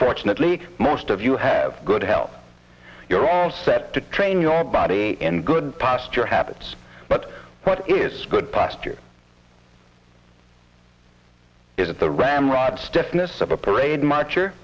fortunately most of you have good health you're all set to train your body and good posture habits but what is good posture is at the ramrod stiffness of a parade much or